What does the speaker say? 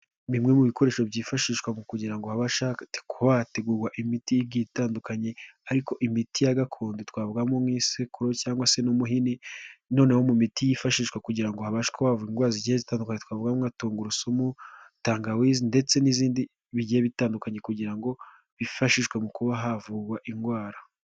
Bimwe mu bikoresho byifashishwa mu kugirango habashe hategurwa imiti igiye itandukanye ariko imiti ya gakondo twagwamo nk'imisekururo cyangwa se n'umuhini noneho mu miti yifashishwa kugira ngo habashevura indwara zigiye zitandukanye twavugamo tungurusumu, tangawizi, ndetse n'izindi bigiye bitandukanye kugira ngo bifashishwe mu kuba havugwa indwara.